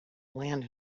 land